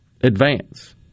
advance